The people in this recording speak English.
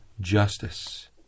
justice